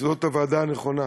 זאת הוועדה הנכונה.